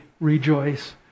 rejoice